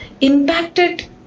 impacted